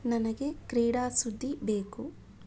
ನನಗೆ ಕ್ರೀಡಾ ಸುದ್ದಿ ಬೇಕು